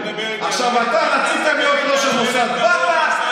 אתה מדבר איתי על לרדת נמוך, אמסלם?